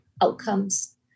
outcomes